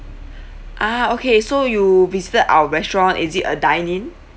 ah okay so you visited our restaurant is it a dine in